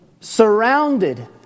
surrounded